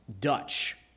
Dutch